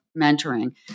mentoring